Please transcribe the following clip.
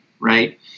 right